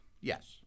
Yes